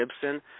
Gibson